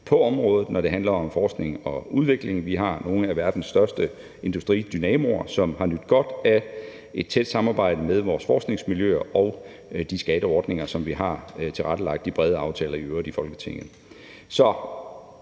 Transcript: på området, når det handler om forskning og udvikling. Vi har nogle af verdens største industridynamoer, som har nydt godt af et tæt samarbejde med vores forskningsmiljøer og de skatteordninger, som vi i øvrigt har tilrettelagt i brede aftaler i Folketinget.